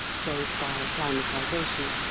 save by acclimatisation,